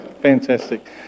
Fantastic